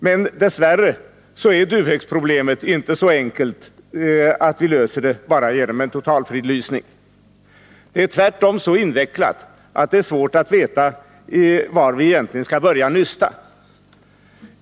Men dess värre är duvhöksproblemet inte så enkelt att vi löser det bara genom en totalfridlysning. Det är tvärtom så invecklat att det är svårt att veta var man egentligen skall börja nysta.